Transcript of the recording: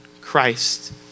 Christ